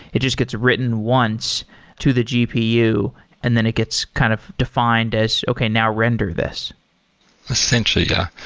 it just gets written once to the gpu and then it gets kind of defined as okay, now render this essentially, yeah.